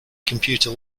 computer